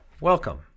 welcome